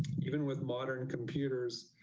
even with modern computers.